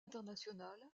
internationale